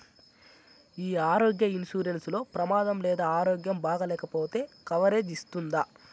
ఈ ఆరోగ్య ఇన్సూరెన్సు లో ప్రమాదం లేదా ఆరోగ్యం బాగాలేకపొతే కవరేజ్ ఇస్తుందా?